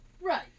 Right